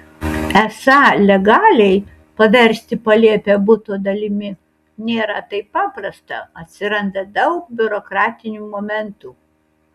esą legaliai paversti palėpę buto dalimi nėra taip paprasta atsiranda daug biurokratinių momentų